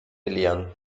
belehren